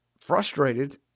frustrated